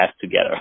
together